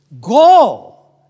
Go